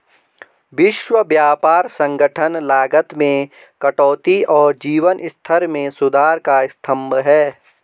विश्व व्यापार संगठन लागत में कटौती और जीवन स्तर में सुधार का स्तंभ है